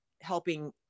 helping